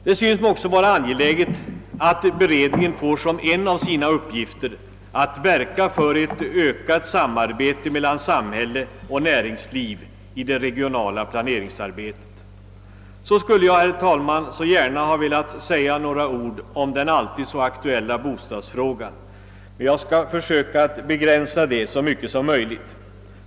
Det synes mig också vara angeläget att beredningen får som en av sina uppgifter att verka för ett ökat samarbete mellan samhälle och näringsliv i det regionala planeringsarbetet. Så skulle jag, herr talman, så gärna ha velat säga några ord om den alltid så aktuella bostadsfrågan. Jag skall försöka begränsa mig så mycket som möjligt.